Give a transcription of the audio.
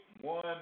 one